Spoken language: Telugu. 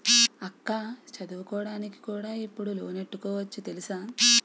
అక్కా చదువుకోడానికి కూడా ఇప్పుడు లోనెట్టుకోవచ్చు తెలుసా?